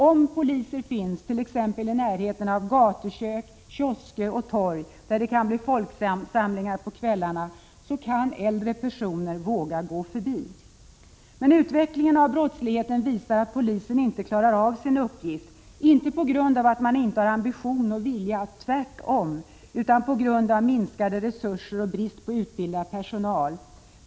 Om poliser finns i närheten av t.ex. gatukök, kiosker och torg, där det kan bli folksamlingar på kvällarna, kan äldre personer våga gå förbi. Utvecklingen av brottsligheten visar emellertid att polisen inte klarar av sin uppgift, inte på grund av att man inte har ambition och vilja — tvärtom — utan på grund av minskade resurser och brist på utbildad personal.